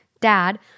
dad